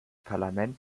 parlament